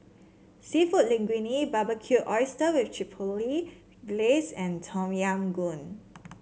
seafood Linguine Barbecued Oysters with Chipotle Glaze and Tom Yam Goong